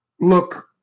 look